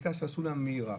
הבדיקה המהירה